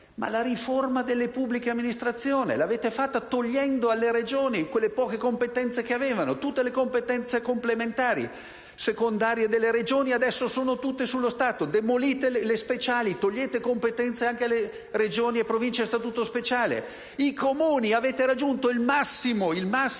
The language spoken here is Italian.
Ma la riforma delle pubbliche amministrazioni l'avete fatta togliendo alle Regioni quelle poche competenze che avevano: tutte le competenze complementari e secondarie delle Regioni adesso sono in capo allo Stato; demolite e togliete competenze anche alle Regioni e alle Province a statuto speciale. Sul fronte dei Comuni avete raggiunto il massimo di tagli